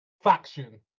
faction